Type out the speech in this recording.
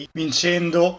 vincendo